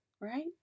right